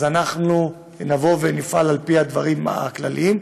נפעל לפי הדברים הכלליים.